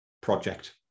project